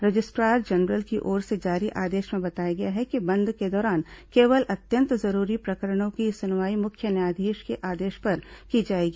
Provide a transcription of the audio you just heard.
registrar general की ओर से जारी आदेश में बताया गया है कि बंद के दौरान केवल अत्यंत जरूरी प्रकरणों की सुनवाई मुख्य न्यायाधीश के आदेश पर की जाएगी